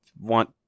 want